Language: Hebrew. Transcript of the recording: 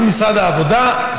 משרד העבודה?